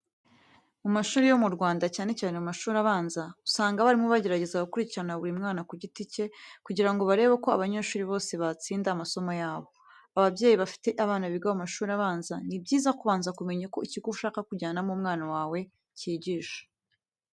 Mu mashuri yo mu Rwanda cyane cyane mu mashuri abanza, usanga abarimu bagerageza gukurikirana buri mwana ku giti cye kugira ngo barebe ko abanyeshuri bose batsinda amasomo yabo. Ababyeyi bafite abana biga mu mashuri abanza, ni byiza kubanza kumenya uko ikigo ushaka kujyanamo umwana wawe cyigisha.